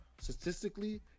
statistically